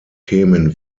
themen